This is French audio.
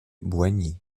boigny